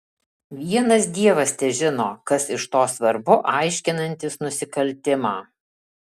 vienas dievas težino kas iš to svarbu aiškinantis nusikaltimą